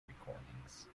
recordings